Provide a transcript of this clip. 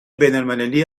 بینالمللی